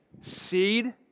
Seed